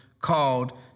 called